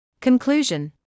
Conclusion